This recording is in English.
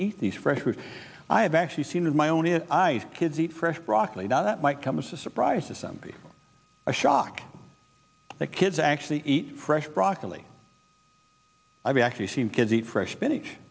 eat these fresh fruit i have actually seen with my own it i kids eat fresh broccoli now that might come as a surprise to somebody a shock that kids actually eat fresh broccoli i've actually seen kids eat fresh spinach